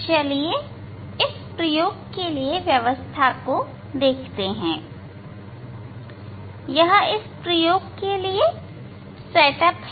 चलिए इस प्रयोग के लिए व्यवस्था को देखते हैं यह इस प्रयोग के लिए सेटअप है